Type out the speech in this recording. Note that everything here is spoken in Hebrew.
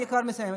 אני כבר מסיימת.